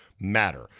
matter